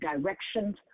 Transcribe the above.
directions